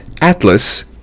Atlas